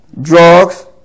drugs